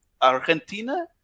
Argentina